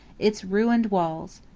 its ruined walls.